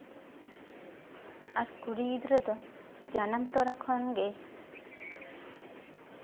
ᱟᱨ ᱠᱩᱲᱤ ᱜᱤᱫᱽᱨᱟᱹ ᱫᱚ ᱡᱟᱱᱟᱢ ᱛᱚᱨᱟ ᱠᱷᱚᱱᱜᱮ